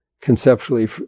conceptually